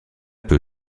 peut